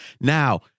Now